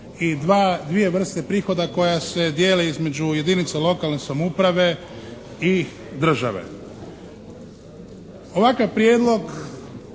i dvije vrste prihoda koja se dijele između jedinica lokalne samouprave i države. Ovakav prijedlog